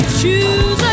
choose